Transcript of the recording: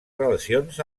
relacions